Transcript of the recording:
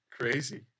Crazy